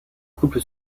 couple